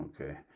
okay